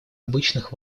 обычных